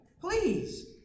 please